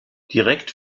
direkt